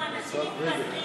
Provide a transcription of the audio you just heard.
(קוראת בשמות חברי הכנסת)